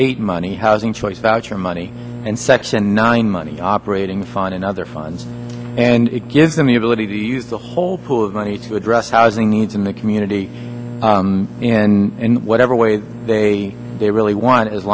eight money housing choice voucher money and section nine money operating fine and other funds and it gives them the ability to use the whole pool of money to address housing needs in the community in whatever way that they they really want as